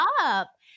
up